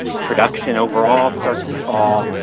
production overall starts to fall.